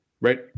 right